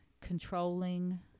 controlling